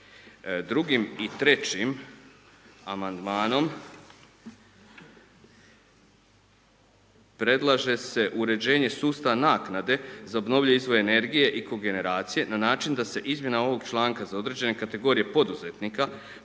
Drugim i trećim amandmanom predlaže se uređenje sustava naknade za obnovljive izvore energije i kogeneracije na način da se izmjena ovog članka za određene kategorije poduzetnika propisuje